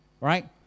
right